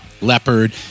Leopard